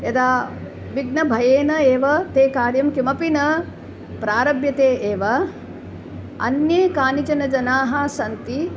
यदा विघ्नभयेन एव ते कार्यं किमपि न प्रारभ्यन्ते एव अन्ये कानिचनजनाः सन्ति